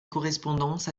correspondance